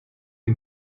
you